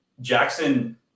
Jackson